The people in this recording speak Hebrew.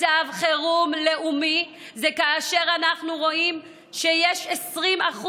מצב חירום לאומי זה כאשר אנחנו רואים שיש 20%